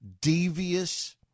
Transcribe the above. devious